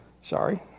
Sorry